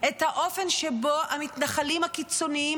את האופן שבו המתנחלים הקיצוניים,